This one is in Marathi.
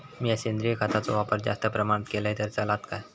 मीया सेंद्रिय खताचो वापर जास्त प्रमाणात केलय तर चलात काय?